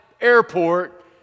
airport